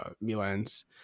Milan's